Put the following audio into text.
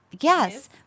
Yes